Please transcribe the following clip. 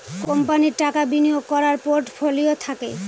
কোম্পানির টাকা বিনিয়োগ করার পোর্টফোলিও থাকে